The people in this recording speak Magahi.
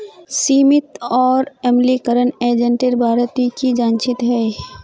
सीमित और अम्लीकरण एजेंटेर बारे ती की जानछीस हैय